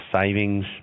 savings